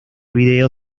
vídeo